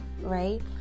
right